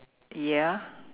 ya